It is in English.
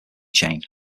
chain